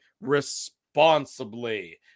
responsibly